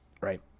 right